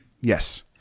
Yes